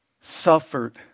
suffered